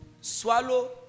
swallow